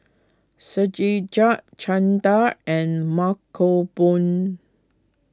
Satyajit Chanda and Mankombu